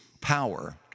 power